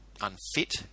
unfit